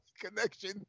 connection